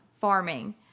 farming